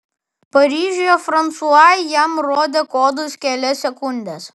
paryžiuje fransua jam rodė kodus kelias sekundes